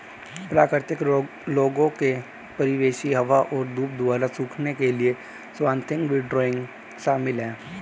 प्राकृतिक लोगों के परिवेशी हवा और धूप द्वारा सूखने के लिए स्वाथिंग विंडरोइंग शामिल है